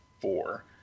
four